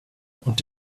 und